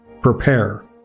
Prepare